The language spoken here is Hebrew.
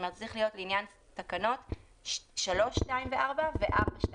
לכן זה צריך להיות: "לעניין סעיפים 3(2) ו-(4) ו-4(2)